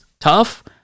tough